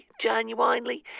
genuinely